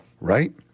Right